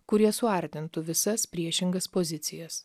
kurie suartintų visas priešingas pozicijas